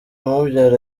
umubyara